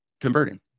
converting